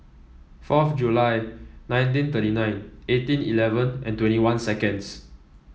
fourth July nineteen thirty nine eighteen eleven and twenty one seconds